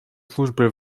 службе